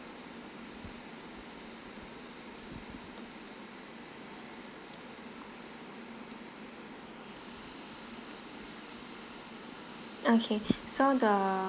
okay so the